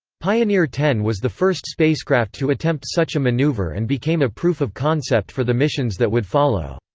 pioneer ten was the first spacecraft to attempt such a maneuver and became a proof of concept for the missions that would follow.